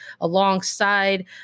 alongside